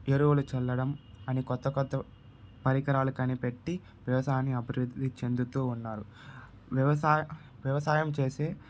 ఎరువు చల్లడం అని కొత్త కొత్త పరికరాలు కనిపెట్టి వ్యవసాయాన్ని అభివృద్ధి చెందుతు ఉన్నారు వ్యవసాయ వ్యవసాయం చేసే